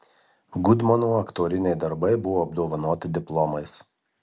gudmono aktoriniai darbai buvo apdovanoti diplomais